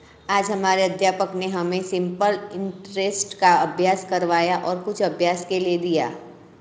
आज हमारे अध्यापक ने हमें सिंपल इंटरेस्ट का अभ्यास करवाया और कुछ अभ्यास के लिए दिया